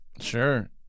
Sure